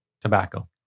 tobacco